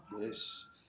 Yes